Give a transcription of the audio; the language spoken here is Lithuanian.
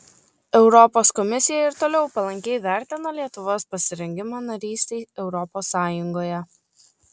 europos komisija ir toliau palankiai vertina lietuvos pasirengimą narystei europos sąjungoje